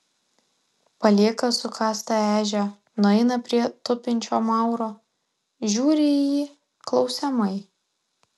palieka sukastą ežią nueina prie tupinčio mauro žiūri į jį klausiamai